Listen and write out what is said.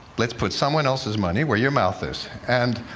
let's put someone else's money where your mouth is. and